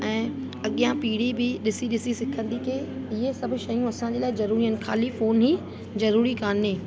ऐं अॻियां पीढ़ी बि ॾिसी ॾिसी सिखंदी कि इहे सभु शयूं असांजे लाइ ज़रूरी आहिनि ख़ाली फोन ई ज़रूरी काने